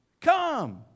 Come